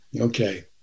Okay